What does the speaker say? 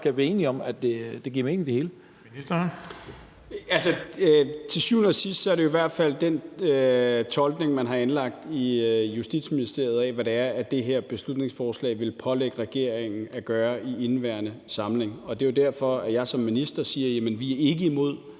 Bonnesen): Ministeren. Kl. 13:53 Justitsministeren (Peter Hummelgaard): Altså, til syvende og sidst er det i hvert fald den tolkning, man har anlagt i Justitsministeriet, af, hvad det her beslutningsforslag vil pålægge regeringen at gøre i indeværende samling. Det er jo derfor, at jeg som minister siger: Jamen vi er ikke imod